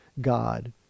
God